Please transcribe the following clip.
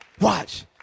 Watch